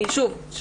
אני שוב אומרת,